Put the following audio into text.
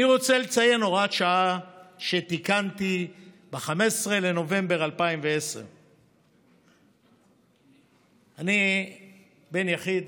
אני רוצה לציין הוראת שעה שתיקנתי ב-15 בנובמבר 2010. אני בן יחיד